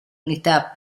unità